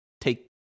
take